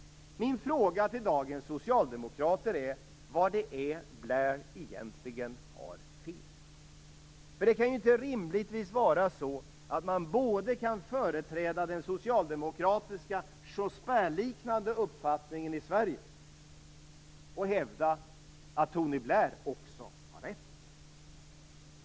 Min fråga till dagens socialdemokrater är var det är som Blair egentligen har fel. Det kan rimligtvis inte vara så att man både kan företräda den socialdemokratiska Jospinliknande uppfattningen i Sverige och kan hävda att Tony Blair också har rätt.